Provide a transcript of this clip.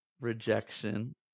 Rejection